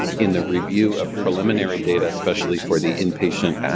in the review of preliminary data, especially for the inpatient and